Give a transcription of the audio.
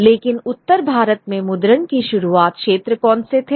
लेकिन उत्तर भारत में मुद्रण के शुरुआती क्षेत्र कौन से थे